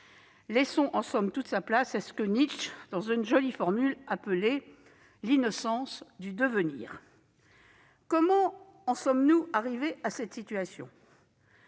Laissons, en somme, toute sa place à ce que Nietzsche, dans une jolie formule, appelait « l'innocence du devenir ». Comment, au fond, en sommes-nous arrivés à cette situation ?